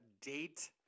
date